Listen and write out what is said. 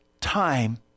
time